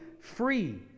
free